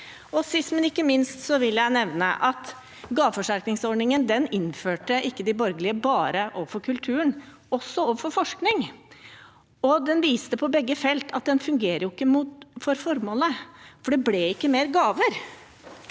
Sist, men ikke minst vil jeg nevne at gaveforsterkningsordningen innførte ikke de borgerlige bare overfor kulturen, men også overfor forskning. Den viste på begge felt at den ikke fungerte for formålet, for det ble ikke mer gaver.